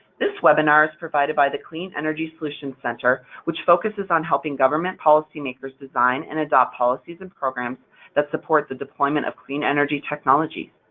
this webinar is provided by the clean energy solutions center, which focuses on helping government policymakers design and adopt policies and programs that support the deployment of clean energy technologies.